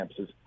campuses